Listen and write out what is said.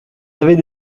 avaient